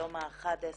היום ה-11